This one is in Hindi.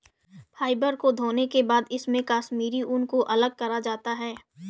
फ़ाइबर को धोने के बाद इसमे से कश्मीरी ऊन को अलग करा जाता है